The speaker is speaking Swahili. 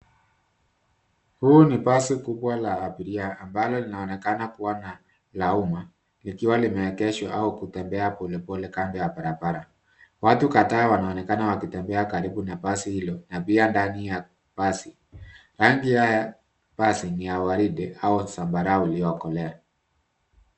Huu ni basi kubwa la abiria, ambalo linaonekana kuwa na, la umma, likiwa limegeshwa, au kutembea polepole kando ya barabara. Watu kadhaa wanaonekana kutembea karibu na basi hilo, na pia ndani ya basi. Rangi ya basi ni ya waridi, au zambarau iliokolea.